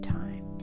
time